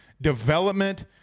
development